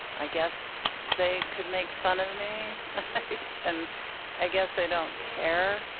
i guess they could make fun of me and i guess they don't care.